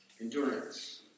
endurance